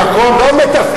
עד חדרה לא מתפקדת,